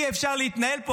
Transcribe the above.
אי-אפשר להתנהל פה.